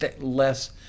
less